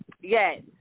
Yes